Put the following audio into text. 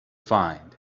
find